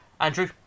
Andrew